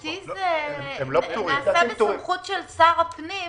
לדעתי זאת הסמכות של שר הפנים.